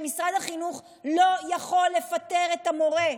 ומשרד החינוך לא יכול לפטר את המורה,